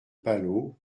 palau